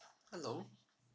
hello